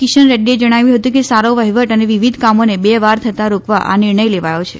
કિશન રેડ્ડીએ જણાવ્યું હતું કે સારો વહિવટ અને વિવિધ કામોને બે વાર થતા રોકવા આ નિર્ણય લેવાયો છે